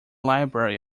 library